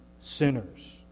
sinners